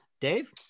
Dave